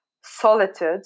solitude